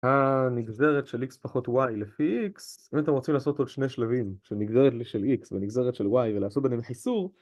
הנגזרת של x פחות y לפי x באמת אני רוצה לעשות עוד שני שלבים שנגזרת של x ונגזרת של y ולעשות בהם חיסור